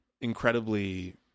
incredibly